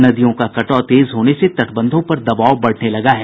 नदियों का कटाव तेज होने से तटबंधों पर दबाव बढ़ने लगा है